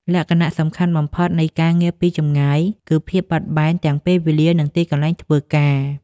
លក្ខណៈសំខាន់បំផុតនៃការងារពីចម្ងាយ គឺ ភាពបត់បែន ទាំងពេលវេលា និងទីកន្លែងធ្វើការ។